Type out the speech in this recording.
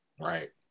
right